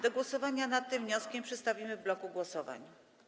Do głosowania nad tym wnioskiem przystąpimy w bloku głosowań.